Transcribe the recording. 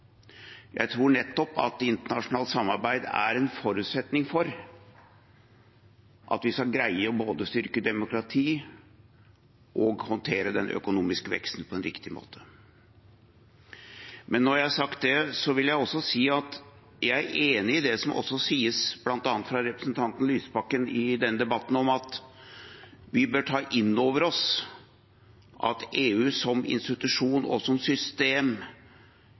Jeg tror at internasjonalt samarbeid er en forutsetning for at vi skal greie både å styrke demokratiet og håndtere den økonomiske veksten på en riktig måte. Jeg er også enig i det som sies, bl.a. fra representanten Lysbakken i denne debatten, om at vi bør ta inn over oss at EU som institusjon og som system